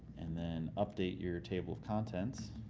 and then update your table of contents.